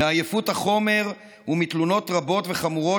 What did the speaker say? מעייפות החומר ומתלונות רבות וחמורות